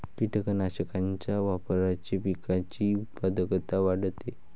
कीटकनाशकांच्या वापराने पिकाची उत्पादकता वाढते